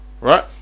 right